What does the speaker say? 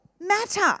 matter